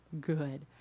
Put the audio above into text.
good